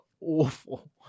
awful